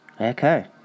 okay